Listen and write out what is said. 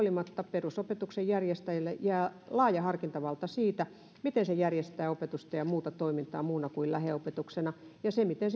perusopetuksen järjestäjälle jää laaja harkintavalta siitä miten se järjestää opetusta ja muuta toimintaa muuna kuin lähiopetuksena ja siitä miten se